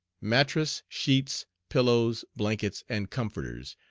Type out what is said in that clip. mattress, sheets, pillows, blankets, and comforters,